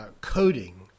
coding